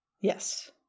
yes